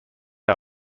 are